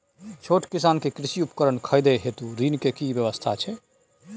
छोट किसान के कृषि उपकरण खरीदय हेतु ऋण के की व्यवस्था छै?